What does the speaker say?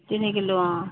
তিনি কিলো অঁ